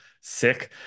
Sick